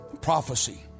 prophecy